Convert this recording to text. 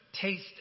taste